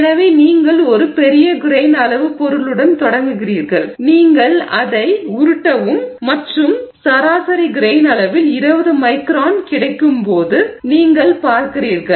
எனவே நீங்கள் ஒரு பெரிய கெரெய்ன் அளவு பொருளுடன் தொடங்குகிறீர்கள் நீங்கள் அதை உருட்டவும் மற்றும் சராசரி கிரெய்ன் அளவில் 20 மைக்ரான் கிடைக்கும் போது நீங்கள் பார்க்கிறீர்கள்